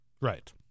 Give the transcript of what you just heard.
Right